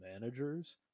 managers